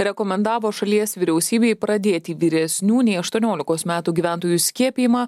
rekomendavo šalies vyriausybei pradėti vyresnių nei aštuoniolikos metų gyventojų skiepijimą